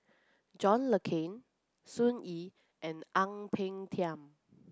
John Le Cain Sun Yee and Ang Peng Tiam